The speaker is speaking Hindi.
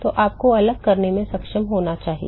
तो आपको अलग करने में सक्षम होना चाहिए